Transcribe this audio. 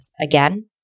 Again